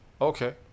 Okay